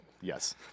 Yes